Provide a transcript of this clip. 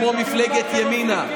כמו מפלגת ימינה.